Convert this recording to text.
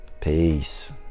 Peace